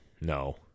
No